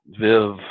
Viv